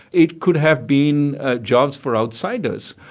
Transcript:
it could have been jobs for outsiders.